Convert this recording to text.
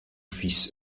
fils